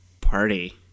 Party